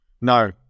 No